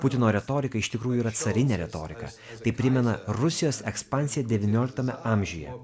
putino retorika iš tikrųjų yra carinė retorika tai primena rusijos ekspansiją devynioliktame amžiuje